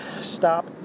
stop